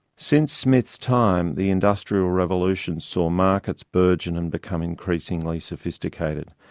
since smith's time, the industrial revolution saw markets burgeon and become increasingly sophisticated.